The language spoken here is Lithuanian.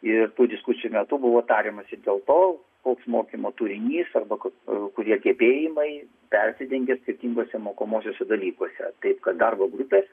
ir tų diskusijų metu buvo tariamasi dėl to koks mokymo turinys arba kurie gebėjimai persidengia skirtinguose mokomuosiuose dalykuose taip kad darbo grupės